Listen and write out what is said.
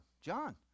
John